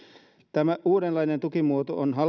tämä uudenlainen tukimuoto on